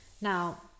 Now